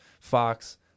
Fox